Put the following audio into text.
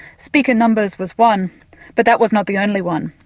speaker numbers was one but that was not the only one.